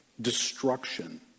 destruction